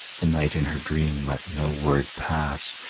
the night in her dream let no word pass,